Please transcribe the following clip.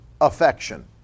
affection